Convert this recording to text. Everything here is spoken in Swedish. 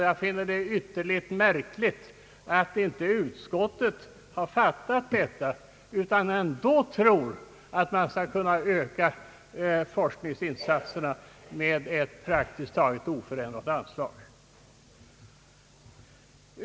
Jag finner det ytterligt märkligt att inte utskottet har fattat detta, utan tror att man skall kunna öka forskningsinsatserna med ett praktiskt taget oförändrat anslag.